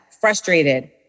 frustrated